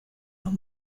los